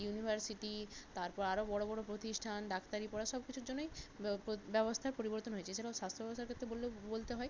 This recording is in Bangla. ইউনিভার্সিটি তারপর আরো বড়ো বড়ো প্রতিষ্ঠান ডাক্তারি পড়া সব কিছুর জন্যই ব্যব ব্যবস্থার পরিবর্তন হয়েছে সেটা স্বাস্থ্য ব্যবস্থার ক্ষেত্রে বললে বলতে হয়